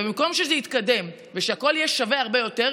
ובמקום שזה יתקדם ושהכול יהיה שווה הרבה יותר,